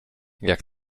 jak